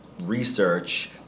research